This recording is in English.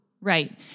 Right